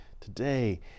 today